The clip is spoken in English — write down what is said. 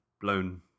blown